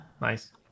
nice